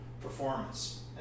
performance